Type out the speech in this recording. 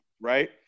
right